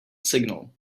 signal